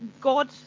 god